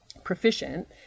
proficient